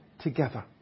together